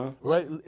right